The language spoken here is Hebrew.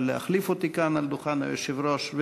להחליף אותי כאן על דוכן היושב-ראש,